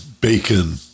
Bacon